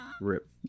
Rip